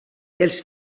els